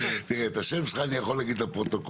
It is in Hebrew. את השם שלך אני יכול להגיד לפרוטוקול.